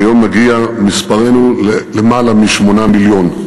כיום מגיע מספרנו ללמעלה מ-8 מיליון.